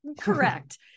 Correct